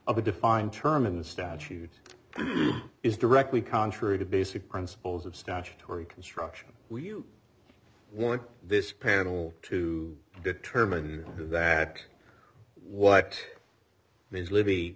of a defined term in the statute is directly contrary to basic principles of statutory construction you want this panel to determine that what is libby